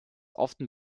often